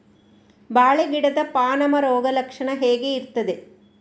ಬಾಳೆ ಗಿಡದ ಪಾನಮ ರೋಗ ಲಕ್ಷಣ ಹೇಗೆ ಇರ್ತದೆ?